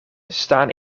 staan